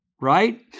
right